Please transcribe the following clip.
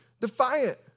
defiant